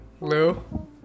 Lou